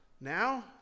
now